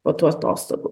po tuo atostogų